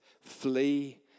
Flee